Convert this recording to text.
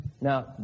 Now